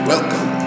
Welcome